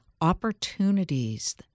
opportunities